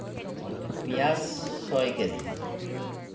অঁ পিঁয়াজ ছয় কে জি